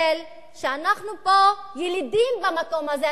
שאנחנו פה ילידים במקום הזה.